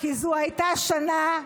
כי זו הייתה שנה,